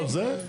זה?